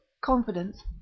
confidence